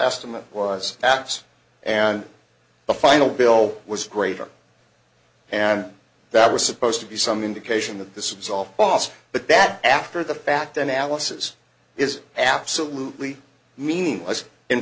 estimate was apps and the final bill was greater and that was supposed to be some indication that this is all cost but that after the fact analysis is absolutely meaningless in